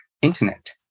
internet